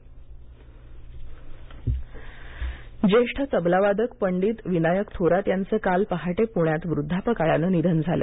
निधन थोरात ज्येष्ठ तबलावादक पंडित विनायक थोरात यांचं काल पहाटे पुण्यात वृद्धापकाळानं निधन झालं